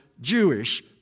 Jewish